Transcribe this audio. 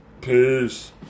peace